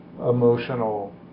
emotional